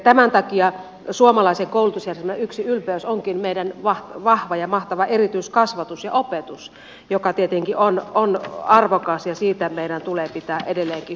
tämän takia suomalaisen koulutusjärjestelmän yksi ylpeys onkin meidän vahva ja mahtava erityiskasvatus ja opetus joka tietenkin on arvokas ja siitä meidän tulee pitää edelleenkin hyvä huoli